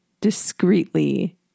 discreetly